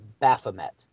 Baphomet